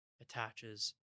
attaches